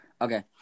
okay